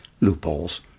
loopholes